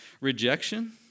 rejection